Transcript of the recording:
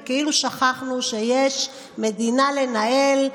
וכאילו שכחנו שיש מדינה לנהל,